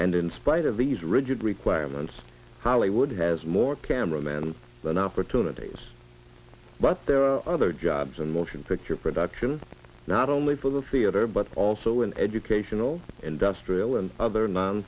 and in spite of these rigid requirements hollywood has more camera man than opportunities but there are other jobs and motion picture production not only for the theater but also in educational industrial and other non